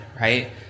right